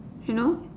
you know